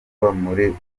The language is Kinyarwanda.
umufatanyabikorwa